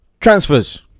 Transfers